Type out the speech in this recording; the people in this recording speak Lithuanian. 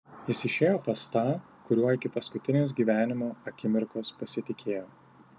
jis išėjo pas tą kuriuo iki paskutinės gyvenimo akimirkos pasitikėjo